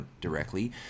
directly